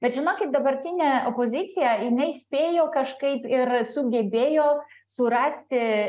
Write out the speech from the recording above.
bet žinokit dabartinė opozicija jinai spėjo kažkaip ir sugebėjo surasti